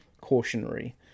cautionary